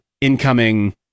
incoming